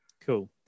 Cool